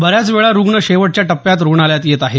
बऱ्याच वेळा रुग्ण शेवटच्या टप्प्यात रुग्णालयात येत आहेत